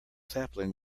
sapling